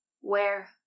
Where